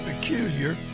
peculiar